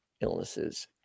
illnesses